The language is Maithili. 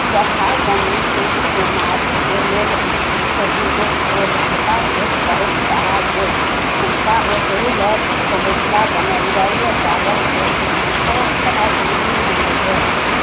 जथा जमीन दुःख बिमारीके लेल ओ अथि उदारता छथि बहुत सहयोग हुनका ओसै लए ठ भुसबा बनायल जाइए चावलके पीसि कऽ ओकरा चीनीमे दऽ कऽ